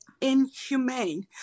inhumane